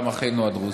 גם אחינו הדרוזים.